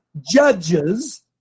judges